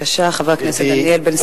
בבקשה, חבר הכנסת דניאל בן-סימון.